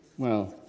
well,